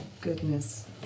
goodness